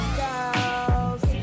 girls